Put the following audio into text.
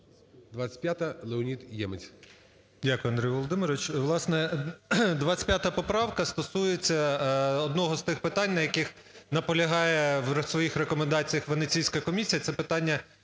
25 поправка стосується одного з тих питань, на яких наполягає в своїх рекомендаціях Венеційська комісія це питання